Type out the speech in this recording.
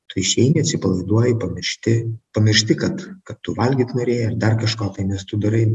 tu išeini atsipalaiduoji pamiršti pamiršti kad kad tu valgyt norėjai ar dar kažko tai nes tu darai